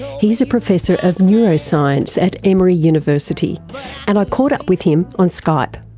he's a professor of neuroscience at emory university and i caught up with him on skype.